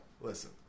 Listen